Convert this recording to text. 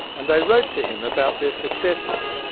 and they wrote to him about their successes.